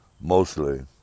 Mostly